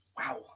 wow